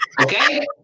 Okay